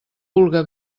vulga